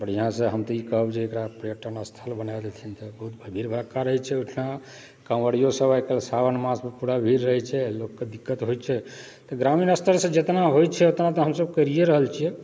बढ़िआँ सँ हम तऽ ई कहब जे एकरा पर्यटन स्थल बना देथिन तऽ बहुत भीड़ भरक्का रहै छै ओहिठमा काँवरियो सब आइकाल्हि सावन मासमे पूरा भीड़ रहै छै लोकके दिक्कत होइत छै ग्रामीण स्तरसँ जतना होइ छै ओतना तऽ हमसब करियै रहल छियै